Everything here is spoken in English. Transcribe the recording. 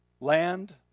land